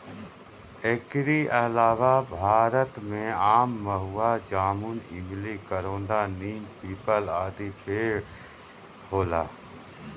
एकरी अलावा भारत में आम, महुआ, जामुन, इमली, करोंदा, नीम, पीपल, आदि के पेड़ होला